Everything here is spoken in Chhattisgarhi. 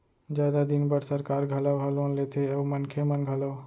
जादा दिन बर सरकार घलौ ह लोन लेथे अउ मनखे मन घलौ